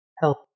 help